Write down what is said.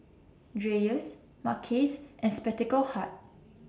Dreyers Mackays and Spectacle Hut